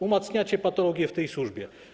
Umacniacie patologie w tej służbie.